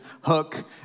Hook